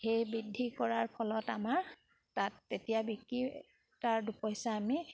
সেই বৃদ্ধি কৰাৰ ফলত আমাৰ তাত তেতিয়া বিক্ৰী তাৰ দুপইচা আমি